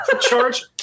Charge